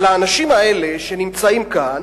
האנשים האלה, שנמצאים כאן,